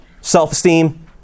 self-esteem